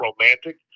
romantic